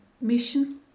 mission